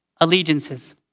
allegiances